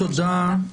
תודה.